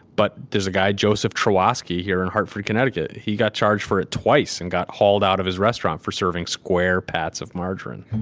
but there's a guy, joseph trotsky, here in hartford, connecticut. he got charged for it twice and got hauled out of his restaurant for serving square parts of margarine